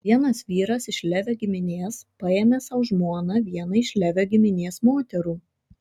vienas vyras iš levio giminės paėmė sau žmona vieną iš levio giminės moterų